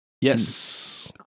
Yes